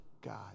God